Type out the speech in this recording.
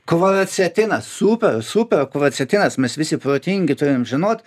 kvaracetinas super super kvaracetinas mes visi protingi turim žinot